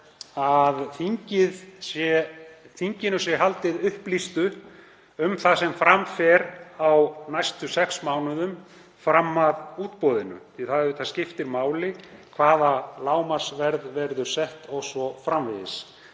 að þinginu sé haldið upplýstu um það sem fram fer á næstu sex mánuðum fram að útboðinu því að það skiptir máli hvaða lágmarksverð verður sett o.s.frv.